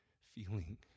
feeling